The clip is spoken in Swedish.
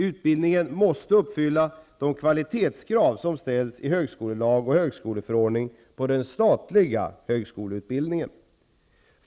Utbildningen måste uppfylla de kvalitetskrav som ställs i högskolelag och högskoleförordning på den statliga högskoleutbildningen.